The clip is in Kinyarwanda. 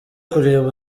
kureba